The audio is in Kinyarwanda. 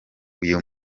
uyu